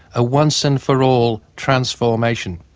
a once-and-for-all transformation.